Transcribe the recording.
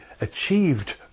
achieved